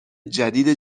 جدید